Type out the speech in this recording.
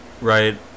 right